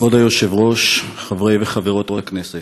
כבוד היושב-ראש, חברי וחברות הכנסת,